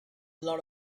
lot